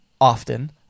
often